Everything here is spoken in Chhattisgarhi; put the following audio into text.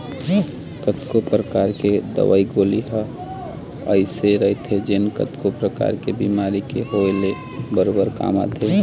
कतको परकार के दवई गोली ह अइसे रहिथे जेन कतको परकार के बेमारी के होय ले बरोबर काम आथे